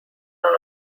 arm